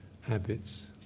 habits